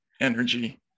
Energy